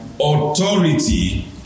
Authority